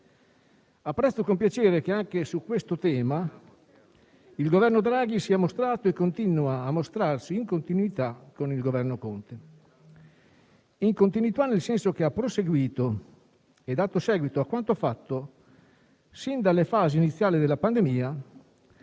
Apprezzo con piacere che, anche su questo tema, il Governo Draghi si è mostrato e continua a mostrarsi in continuità con il Governo Conte. In continuità nel senso che ha proseguito e dato seguito a quanto fatto sin dalle fasi iniziali della pandemia,